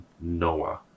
Noah